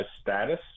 status